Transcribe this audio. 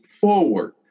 forward